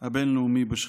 הבין-לאומי בשחיתות.